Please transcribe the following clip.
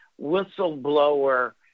whistleblower